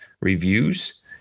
reviews